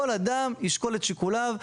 כל אדם ישקול את שיקוליו,